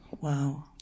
wow